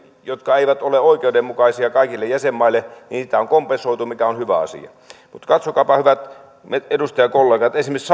jotka eivät ole oikeudenmukaisia kaikille jäsenmaille niitä on kompensoitu mikä on hyvä asia mutta katsokaapa hyvät edustajakollegat esimerkiksi